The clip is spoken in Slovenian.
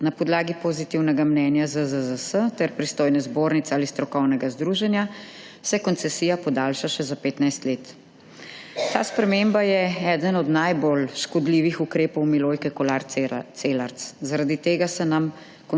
Na podlagi pozitivnega mnenja ZZZS ter pristojne zbornice ali strokovnega združenja se koncesija podaljša še za 15 let. Ta sprememba je eden najbolj škodljivih ukrepov Milojke Kolar Celarc. Zaradi tega se nam